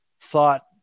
thought